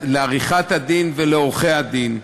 לעריכת-הדין ולעורכי-הדין.